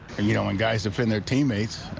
and you know when guys defend their teammates,